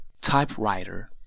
typewriter